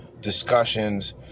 discussions